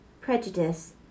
prejudice